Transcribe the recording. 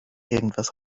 irgendetwas